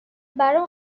برام